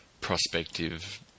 prospective